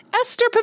Esther